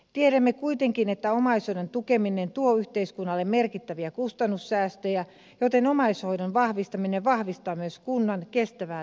tiedämme kuitenkin että omaishoidon tukeminen tuo yhteiskunnalle merkittäviä kustannussäästöjä joten omaishoidon vahvistaminen vahvistaa myös kunnan kestävää taloudenpitoa